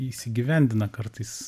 įsigyvendina kartais